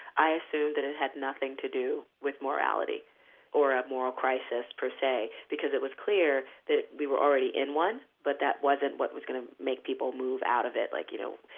i assumed that it had nothing to do with morality or a moral crisis per se, because it was clear that we were already in one, but that wasn't what was going to make people move out of it. like, you know,